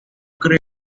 creo